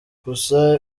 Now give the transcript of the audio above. gusa